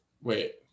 wait